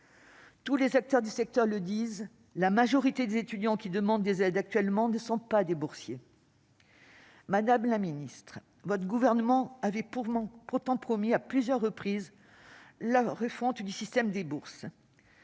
Tous les acteurs du secteur le disent, la majorité des étudiants qui demandent actuellement des aides ne sont pas boursiers. Madame la ministre, votre gouvernement avait pourtant promis à plusieurs reprises la refonte du système de bourse.